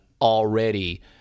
already